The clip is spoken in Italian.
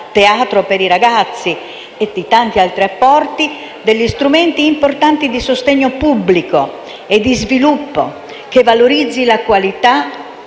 teatro per i ragazzi, e di tanti altri apporti, degli strumenti importanti di sostegno pubblico e di sviluppo che valorizzino la qualità